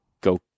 go